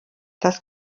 das